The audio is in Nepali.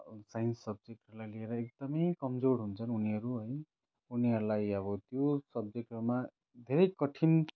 साइन्स सब्जेक्टलाई लिएर एकदमै कमजोर हुन्छन् उनीहरू है उनीहरूलाई अब त्यो सब्जेक्टहरूमा धेरै कठिन